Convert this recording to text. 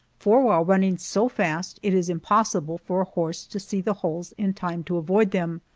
for while running so fast it is impossible for a horse to see the holes in time to avoid them,